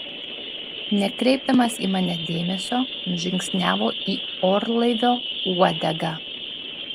nekreipdamas į mane dėmesio nužingsniavo į orlaivio uodegą